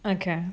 okay